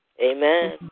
Amen